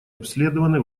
обследованы